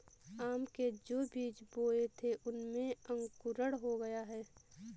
आम के जो बीज बोए थे उनमें अंकुरण हो गया है